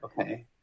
okay